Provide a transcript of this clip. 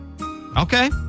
Okay